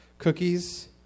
cookies